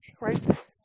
Right